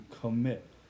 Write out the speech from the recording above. commit